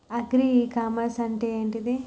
Agri e commerce అంటే ఏంటిది?